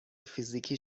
فیزیکی